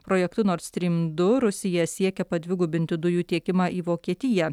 projektu nord strym du rusija siekia padvigubinti dujų tiekimą į vokietiją